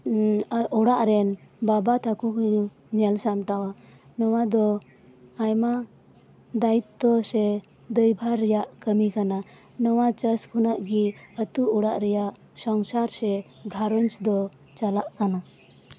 ᱚᱲᱟᱜ ᱨᱮᱱ ᱵᱟᱵᱟ ᱛᱟᱠᱚ ᱜᱮ ᱧᱮᱞ ᱥᱟᱢᱴᱟᱣᱟ ᱱᱚᱣᱟ ᱫᱚ ᱟᱭᱢᱟ ᱫᱟᱭᱤᱛᱛᱚ ᱥᱮ ᱫᱟᱹᱭᱵᱷᱟᱨ ᱨᱮᱭᱟᱜ ᱠᱟᱹᱢᱤ ᱠᱟᱱᱟ ᱱᱚᱣᱟ ᱪᱟᱥ ᱠᱷᱚᱱᱟᱜ ᱜᱮ ᱟᱹᱛᱩ ᱚᱲᱟᱜ ᱨᱮᱭᱟᱜ ᱥᱚᱝᱥᱟᱨ ᱥᱮ ᱜᱷᱟᱨᱚᱡᱽ ᱫᱚ ᱪᱟᱞᱟᱜ ᱠᱟᱱᱟ